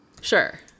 Sure